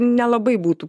nelabai būtų